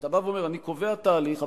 אתה בא ואומר: אני קובע תהליך,